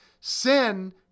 Sin